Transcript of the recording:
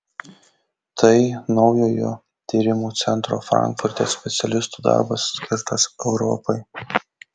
tai naujojo tyrimų centro frankfurte specialistų darbas skirtas europai